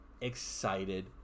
excited